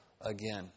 again